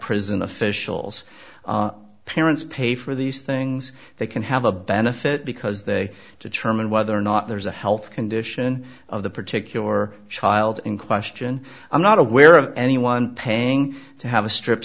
prison officials parents pay for these things they can have a benefit because they determine whether or not there's a health condition of the particular child in question i'm not aware of anyone paying to have a strip